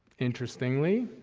interestingly,